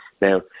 Now